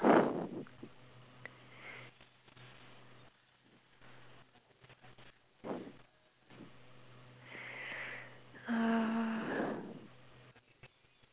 uh